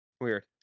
Weird